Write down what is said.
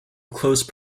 close